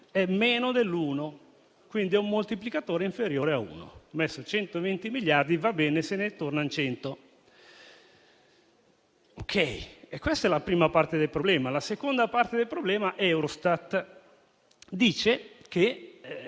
è meno dell'uno. Quindi è un moltiplicatore inferiore a uno. Stanziati 120 miliardi, va bene se ne tornano 100. Questa è la prima parte del problema. La seconda parte del problema è Eurostat che